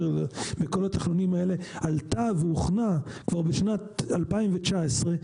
וכל התכנונים האלה עלתה והוכנה כבר בשנת 2019,